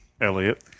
Elliot